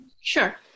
Sure